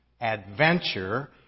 adventure